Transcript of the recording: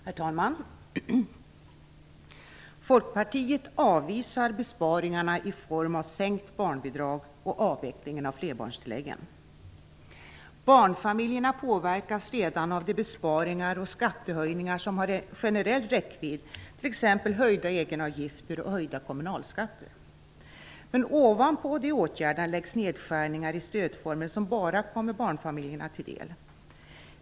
Herr talman! Folkpartiet avvisar besparingarna i form av sänkt barnbidrag och avvecklingen av flerbarnstilläggen. Barnfamiljerna påverkas redan av de besparingar och skattehöjningar som har generell räckvidd, t.ex. höjda egenavgifter och höjda kommunalskatter. Men ovanpå de åtgärderna läggs nedskärningar i stödformer som bara kommer barnfamiljerna till del.